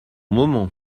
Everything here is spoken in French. moment